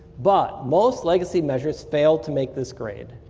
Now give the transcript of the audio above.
but most legacy measures fail to make this grade.